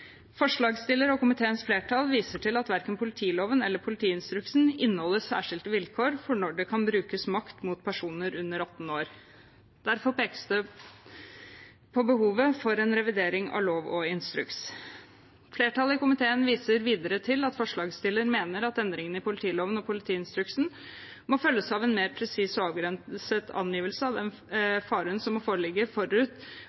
og komiteens flertall viser til at verken politiloven eller politiinstruksen inneholder særskilte vilkår for når det kan brukes makt mot personer under 18 år. Derfor pekes det på behovet for en revidering av lov og instruks. Flertallet i komiteen viser videre til at forslagsstillerne mener at endringene i politiloven og politiinstruksen må følges av en mer presis og avgrenset angivelse av